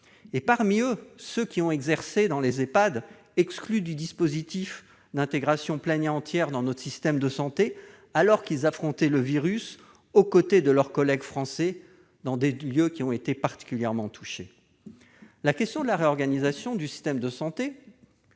an. Parmi eux, ceux qui exercent dans les Ehpad sont exclus du dispositif d'intégration pleine et entière dans le système de santé français, alors qu'ils affrontaient le virus aux côtés de leurs collègues français dans ces structures durement touchées. La question de la réorganisation du système de santé,